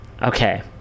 Okay